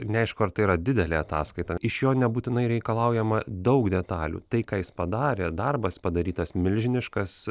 neaišku ar tai yra didelė ataskaita iš jo nebūtinai reikalaujama daug detalių tai ką jis padarė darbas padarytas milžiniškas